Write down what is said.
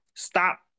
stop